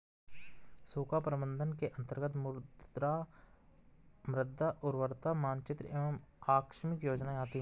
सूखा प्रबंधन के अंतर्गत मृदा उर्वरता मानचित्र एवं आकस्मिक योजनाएं आती है